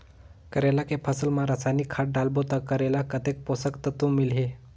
करेला के फसल मा रसायनिक खाद डालबो ता करेला कतेक पोषक तत्व मिलही?